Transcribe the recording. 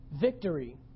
Victory